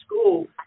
school